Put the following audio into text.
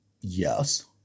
Yes